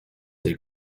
tej